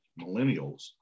millennials